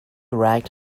right